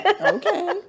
Okay